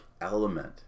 element